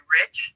rich